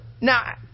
Now